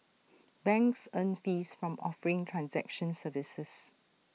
banks earn fees from offering transaction services